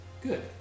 Good